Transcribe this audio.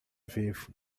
vivo